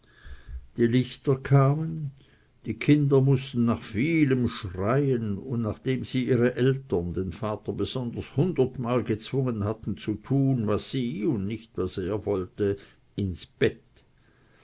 die lichter kamen die kinder mußten nach vielem schreien und nachdem sie ihre eltern den vater besonders hundertmal gezwungen hatten zu tun was sie und nicht was er wollte ins bett